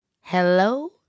Hello